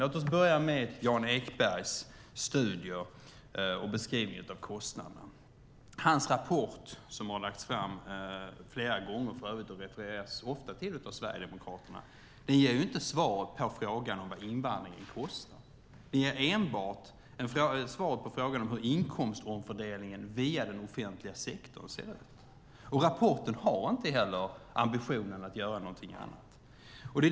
Låt oss börja med Jan Ekbergs studier och beskrivning av kostnaderna. Hans rapport, som för övrigt har lagts fram flera gånger och ofta refereras av Sverigedemokraterna, ger inte svaret på frågan om vad invandringen kostar. Den ger enbart svar på frågan om hur inkomstomfördelningen via den offentliga sektorn ser ut. Rapporten har inte heller ambitionen att göra någonting annat.